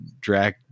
drag